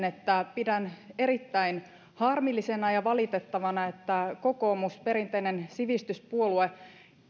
että pidän erittäin harmillisena ja valitettavana että kokoomus perinteinen sivistyspuolue